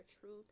truth